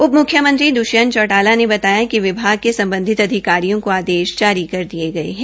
उप मुख्यमंत्री दृष्यंत चौटाला ने बताया कि विभाग के सम्बधित अधिकारियो को आदेश जारी कर दिये गये है